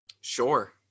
Sure